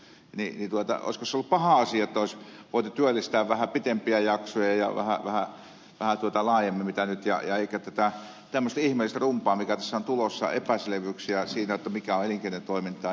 olisiko se ollut paha asia että olisi voitu työllistää vähän pitempiä jaksoja ja vähän laajemmin kuin nyt eikä tämmöistä ihmeellistä rumbaa mikä tässä on tulossa epäselvyyksiä siinä mikä on elinkeinotoimintaa